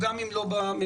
אנחנו רואים גם כן,